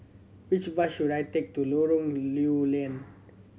which bus should I take to Lorong Lew Lian